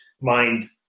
mind